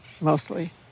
mostly